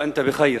ואנתו בח'יר.